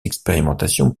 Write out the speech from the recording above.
expérimentations